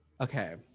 Okay